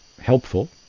helpful